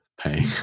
paying